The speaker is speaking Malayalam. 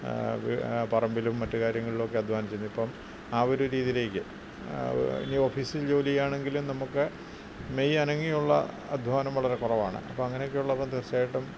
പറമ്പിലും മറ്റ് കാര്യങ്ങളിലൊക്കെ അദ്ധ്വാനിച്ചിരുന്നു ഇപ്പം ആ ഒരു രീതിയിലേക്ക് ഇനി ഓഫീസിൽ ജോലിയാണെങ്കിലും നമുക്ക് മെയ് അനങ്ങിയുള്ള അദ്ധ്വാനം വളരെ കുറവാണ് അപ്പം അങ്ങനെയൊക്കെയുള്ളപ്പം തീർച്ചയായിട്ടും